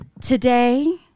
today